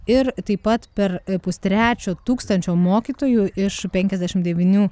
ir taip pat per pustrečio tūkstančio mokytojų iš penkiasdešimt devynių